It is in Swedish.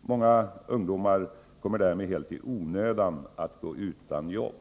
Många ungdomar kommer därmed helt i onödan att gå utan jobb.